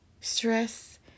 Stress